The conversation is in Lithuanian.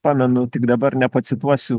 pamenu tik dabar nepacituosiu